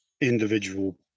individual